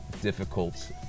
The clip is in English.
difficult